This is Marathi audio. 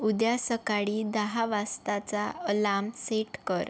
उद्या सकाळी दहा वाजताचा अलार्म सेट कर